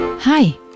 Hi